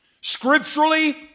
scripturally